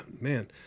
man